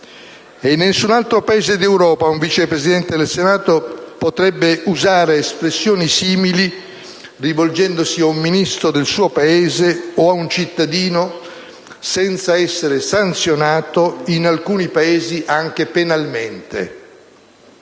in nessun altro Paese d'Europa un Vice Presidente del Senato potrebbe usare espressioni simili rivolgendosi a un Ministro del suo Paese, o a un cittadino, senza essere sanzionato, in alcuni Paesi, anche penalmente.